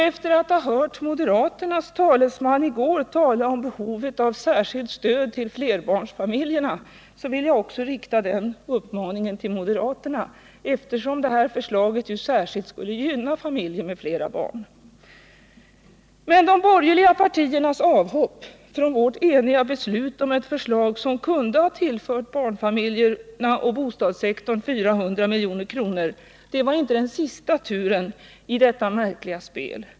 Efter att ha hört moderaternas talesman i går tala om behovet av särskilt stöd till flerbarnsfamiljerna vill jag rikta den uppmaningen också till moderaterna, eftersom det här förslaget ju skulle särskilt gynna familjer med flera barn. Men de borgerliga partiernas avhopp från vårt enhälliga beslut om ett förslag som kunde ha tillfört barnfamiljerna och bostadssektorn 400 milj.kr. var inte den sista turen i detta märkliga spel.